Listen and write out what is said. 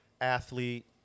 athlete